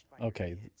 okay